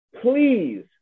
please